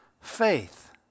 faith